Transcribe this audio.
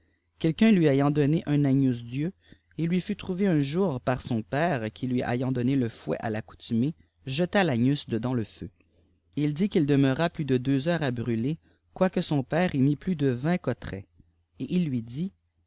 quelqu'un lui ayant donné un agnus dieu jl lui fut trouvé un jur par ion j ère qwi lui yant donné le fouet à l'accoutumée jeta tagaus dedans le fen il dit qu'il demeura plus de deux heures à brûl qwm ipie son père y mit plus de vingt cotrets et il lui dit